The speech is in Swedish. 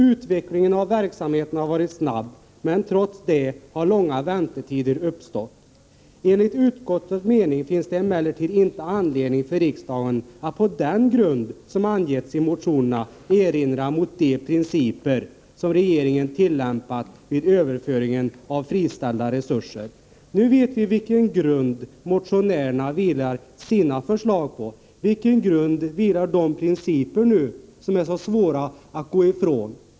Utvecklingen av verksamheten har varit snabb, men trots det har långa väntetider uppstått. Enligt utskottets mening finns det emellertid inte anledning för riksdagen att på den grund som angetts i motionerna erinra mot de principer som regeringen tillämpat vid överföringen av friställda resurser.” Nu vet vi vilken grund motionärerna baserar sina förslag på. På vilken grund vilar då de principer som är så svåra att gå ifrån?